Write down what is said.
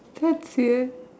that serious